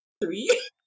three